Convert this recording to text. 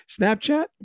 Snapchat